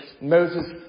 Moses